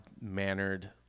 mannered